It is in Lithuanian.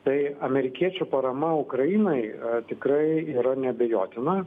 tai amerikiečių parama ukrainai tikrai yra neabejotina